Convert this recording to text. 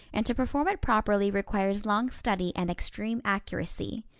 and to perform it properly requires long study and extreme accuracy.